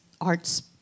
arts